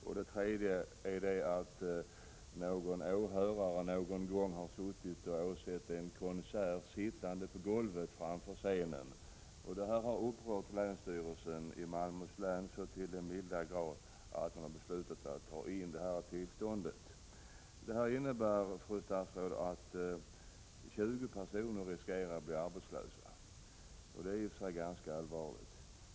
För det tredje har någon åhörare någon gång åhört en konsert sittande på golvet framför scenen. Detta har upprört länsstyrelsen i Malmöhus län så till den milda grad att man beslutat dra in tillståndet. Det innebär, fru statsråd, att 20 personer riskerar att bli arbetslösa. Det är i sig ganska allvarligt.